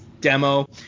demo